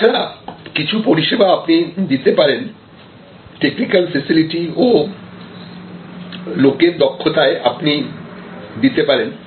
তাছাড়া কিছু পরিষেবা আপনি দিতে পারেন টেকনিক্যাল ফেসিলিটি ও লোকের দক্ষতায় আপনি দিতে পারেন